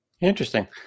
Interesting